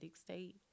state